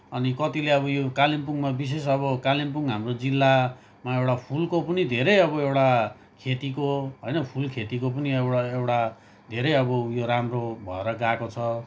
अनि कतिले अब यो कालिम्पोङमा विशेष अब कालिम्पोङ हाम्रो जिल्लामा एउटा फुलको पनि धेरै अब एउटा खेतीको होइन फुल खेतीको पनि एउटा एउटा धेरै अबो उयो राम्रो भएर गएको छ